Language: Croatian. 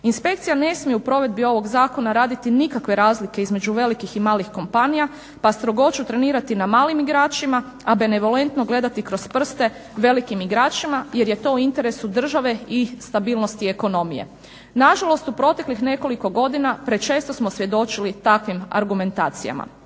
Inspekcija ne smije u provedbi ovog zakona raditi nikakve razlike između velikih i malih kompanija pa strogoću trenirati na malim igračima, a benevolentno gledati kroz prste velikim igračima jer je to u interesu države i stabilnosti ekonomije. Nažalost u proteklih nekoliko godina prečesto smo svjedočili takvim argumentacijama.